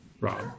Rob